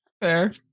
fair